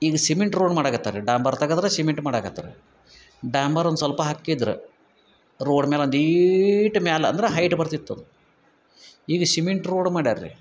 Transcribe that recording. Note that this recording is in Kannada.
ಈಗ ಸಿಮೆಂಟ್ ರೋಡ್ ಮಾಡಕತ್ತಾರೆ ರೀ ಡಾಂಬರ್ ತೆಗೆದ್ರ ಸಿಮೆಂಟ್ ಮಾಡಕತ್ತಾರೆ ಡಾಂಬರ್ ಒಂದು ಸ್ವಲ್ಪ ಹಾಕಿದ್ರೆ ರೋಡ್ ಮ್ಯಾಲೆ ಒಂದೀಟು ಮ್ಯಾಲೆ ಅಂದ್ರೆ ಹೈಟ್ ಬರ್ತಿತ್ತು ಈಗ ಶಿಮೆಂಟ್ ರೋಡ್ ಮಾಡ್ಯಾರೆ ರೀ